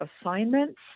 assignments